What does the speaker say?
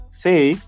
say